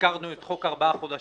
הזכרנו את חוק ארבעה החודשים,